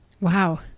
Wow